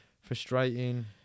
Frustrating